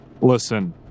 Listen